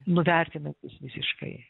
nuvertinantis visiškai